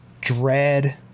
dread